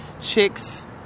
Chick's